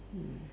mm